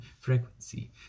frequency